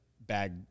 bag